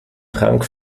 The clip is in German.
trank